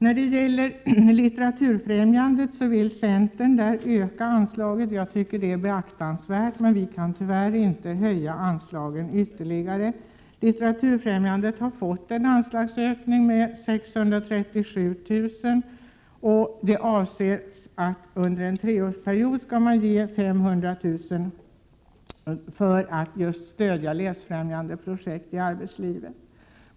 Centern vill höja anslaget till Litteraturfrämjandet. Jag tycker att det är beaktansvärt, men vi kan tyvärr inte höja anslaget ytterligare. Litteraturfrämjandet har fått en anslagsökning med 637 000 kr. Under en treårsperiod skall 500 000 kr. av dessa användas till läsfrämjande projekt i arbetslivet.